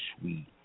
sweet